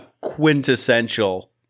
quintessential